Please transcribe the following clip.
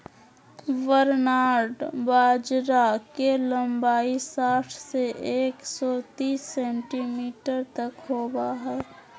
barnyard बाजरा के लंबाई साठ से एक सो तिस सेंटीमीटर तक होबा हइ